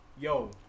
Yo